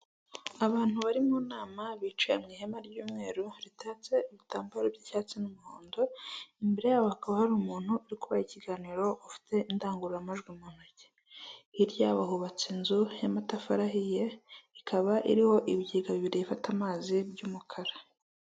Abantu bari mu nama bicaye mu ihema ry'umweru ritatse ibitambaro by'icyatsi n'umuhondo, imbere yabo hakaba hari umuntu uri kubaha ikiganiro ufite indangururamajwi mu ntoki, hirya yabo hubatse inzu y'amatafari ahiye, ikaba iriho ibigega bibiri bifata amazi by'umukara.